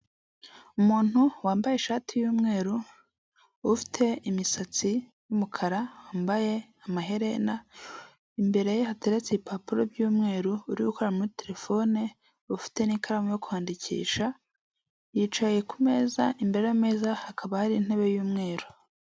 Umuntu wambaye ishati yumweru ufite imisatsi y'umukara wambaye amaherena, imbere ye hateretse ibipapuro by'umweru uri gukora muri terefone ufite n'ikaramu yo kwandikisha, yicaye ku meza imbere y'ameza hakaba hari intebe yumweru.